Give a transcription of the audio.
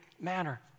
manner